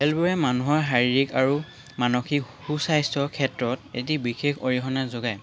খেলবোৰে মানুহৰ শাৰীৰিক আৰু মানসিক সুস্বাস্থ্যৰ ক্ষেত্ৰত এটি বিশেষ অৰিহণা যোগায়